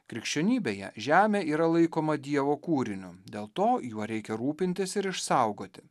krikščionybėje žemė yra laikoma dievo kūriniu dėl to juo reikia rūpintis ir išsaugoti